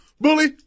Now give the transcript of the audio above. bully